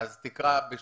אז תקרא בשבת.